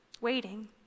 waiting